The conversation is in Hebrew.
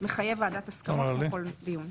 מחייב ועדת הסכמות בכל דיון.